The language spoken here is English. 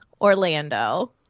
Orlando